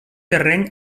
terreny